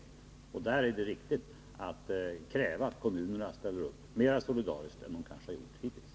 På den punkten är det riktigt att kräva att kommunerna ställer upp mera solidariskt än de kanske har gjort hittills.